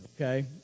okay